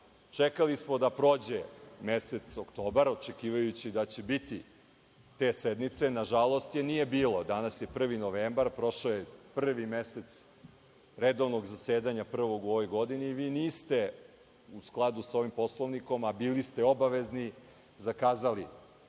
Čekali smo da prođe mesec oktobar, očekivajući da će biti te sednice. Nažalost, nije je bilo. Danas je 1. novembar, prošao je prvi mesec redovnog zasedanja, prvog u ovoj godini i vi niste u skladu sa ovim Poslovnikom, a bili ste obavezni, zakazali